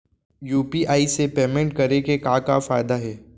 UPI से payment करे के का का फायदा हे?